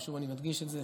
ושוב אני מדגיש את זה,